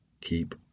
Keep